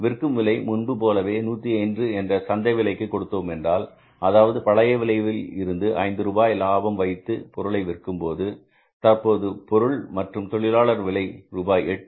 விற்கும் விலை முன்புபோலவே 105 என்ற சந்தை விலைக்கு கொடுத்தோம் என்றால் அதாவது பழைய விலையில் இருந்து ஐந்து ரூபாய் லாபம் வைத்து பொருளை விற்கும்போது தற்போது பொருள் மற்றும் தொழிலாளர் விலை ரூபாய் 8